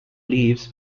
leaves